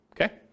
Okay